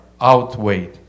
Outweigh